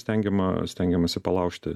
stengiama stengiamasi palaužti